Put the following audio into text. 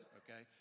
okay